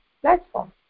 platform